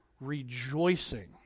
rejoicing